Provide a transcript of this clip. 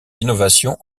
innovations